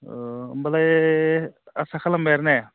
अ होमबालाय आसा खालामबाय आरो ने